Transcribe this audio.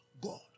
God